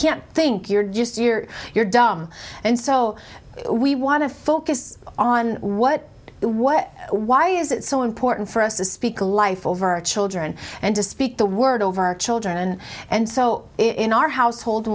can't think you're just you're you're dumb and so we want to focus on what the what why is it so import for us to speak a life over children and to speak the word over children and so in our household